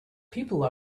people